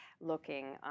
looking